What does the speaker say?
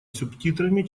субтитрами